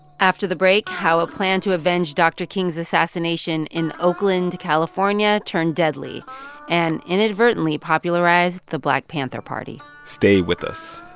after the break, how a plan to avenge dr. king's assassination in oakland, calif, ah yeah turned deadly and inadvertently popularized the black panther party stay with us